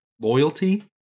loyalty